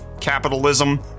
Capitalism